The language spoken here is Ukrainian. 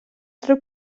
три